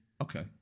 Okay